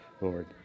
Lord